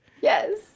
Yes